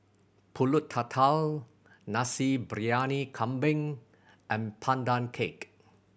Pulut Tatal Nasi Briyani Kambing and Pandan Cake